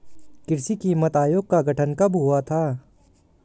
कृषि कीमत आयोग का गठन कब हुआ था?